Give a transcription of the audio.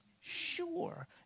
Sure